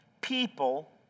people